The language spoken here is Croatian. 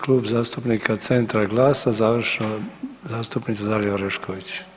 Klub zastupnika Centra i Glasa završno zastupnica Dalija Orešković.